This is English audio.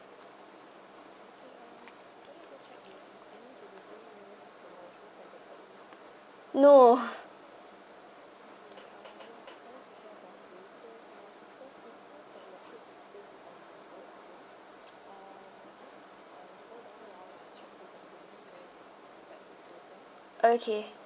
no okay